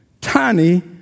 tiny